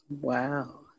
Wow